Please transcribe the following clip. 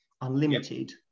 unlimited